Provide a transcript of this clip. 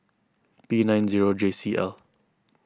P nine zero J C L